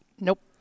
Nope